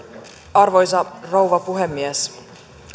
arvoisa rouva puhemies